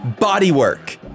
Bodywork